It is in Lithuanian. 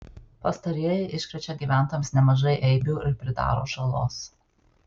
pastarieji iškrečia gyventojams nemažai eibių ir pridaro žalos